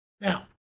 now